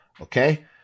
Okay